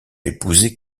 épouser